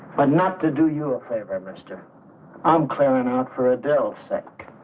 but enough to do your favorite mr um clarinet for adults.